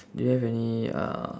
do you have any uh